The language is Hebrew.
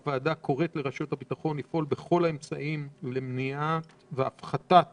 הוועדה קוראת לרשויות הביטחון לפעול בכל האמצעים למניעת והפחתת